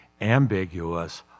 ambiguous